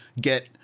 get